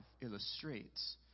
illustrates